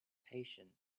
patient